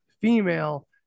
female